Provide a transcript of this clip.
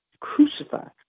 crucified